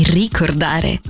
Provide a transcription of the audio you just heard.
ricordare